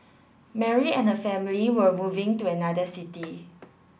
Mary and family were moving to another city